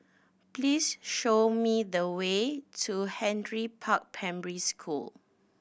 please show me the way to Henry Park Primary School